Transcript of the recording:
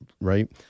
right